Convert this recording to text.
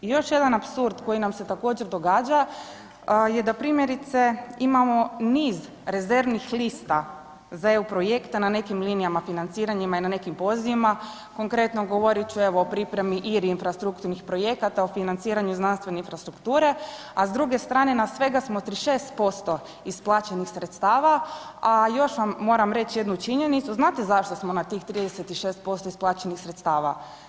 U još jedan apsurd koji nam se također događa je da primjerice imamo niz rezervnih lista za EU projekte na nekim linijama financiranja i na nekim pozivima, konkretno govorit ću o pripremi IRI infrastrukturnih projekata, o financiranju znanstvene infrastrukture, a s druge strane na svega smo 36% isplaćenih sredstava, a još vam moram reći jednu činjenicu, znate zašto smo na tih 36% isplaćenih sredstava?